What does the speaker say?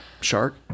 shark